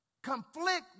conflict